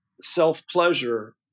self-pleasure